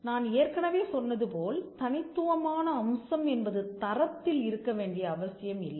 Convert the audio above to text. நான் ஏற்கனவே சொன்னது போல் தனித்துவமான அம்சம் என்பது தரத்தில் இருக்க வேண்டிய அவசியம் இல்லை